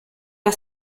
der